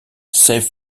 save